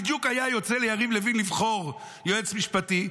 בדיוק היה יוצא ליריב לוין לבחור יועץ משפטי,